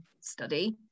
study